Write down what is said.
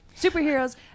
Superheroes